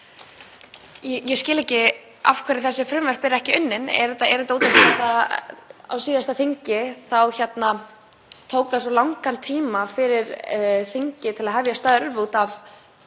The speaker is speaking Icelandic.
Ég skil ekki af hverju þessi frumvörp eru ekki unnin. Er það vegna þess að á síðasta þingi tók svo langan tíma fyrir þingið að hefja störf út af